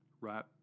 right